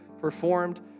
performed